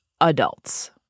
adults